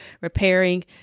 repairing